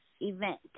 event